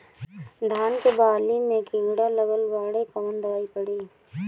धान के बाली में कीड़ा लगल बाड़े कवन दवाई पड़ी?